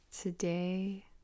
today